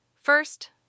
First